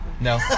No